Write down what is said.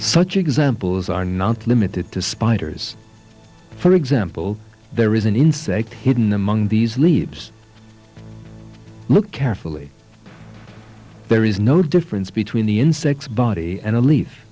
such examples are not limited to spiders for example there is an insect hidden among these leaves look carefully there is no difference between the insects body and a leaf